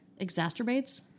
Exacerbates